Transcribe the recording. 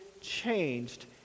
changed